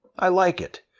i like it.